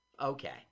Okay